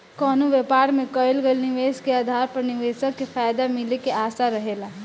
कवनो व्यापार में कईल गईल निवेश के आधार पर निवेशक के फायदा मिले के आशा रहेला